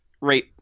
right